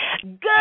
good